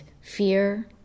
fear